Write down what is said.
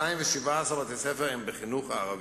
217 בתי-ספר הם בחינוך הערבי,